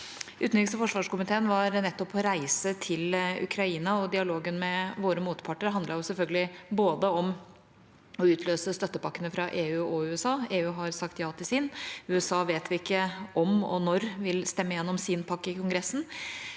Utenriks- og forsvarskomiteen var nettopp på reise til Ukraina, og dialogen med våre motparter handlet selvfølgelig om å utløse støttepakkene fra både EU og USA. EU har sagt ja til sin, vi vet vi ikke om og når USA vil stemme gjennom sin pakke i Kongressen.